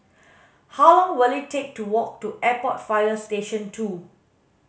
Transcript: how long will it take to walk to Airport Fire Station two